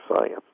science